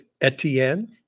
Etienne